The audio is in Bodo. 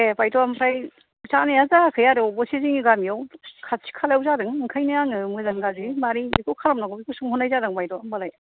दे बायद' ओमफ्राय जानाया जायाखै आरो अबयसे जोंनि गामियाव खाथि खालायाव जादों बेनिखायनो आङो मोजां गाज्रि मारै बेखौ खालामनांगौ बेखौ सोंहरनाय जादों बायद' होनबालाय